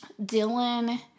Dylan